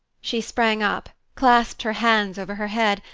she sprang up, clasped her hands over her head,